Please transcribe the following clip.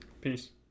Peace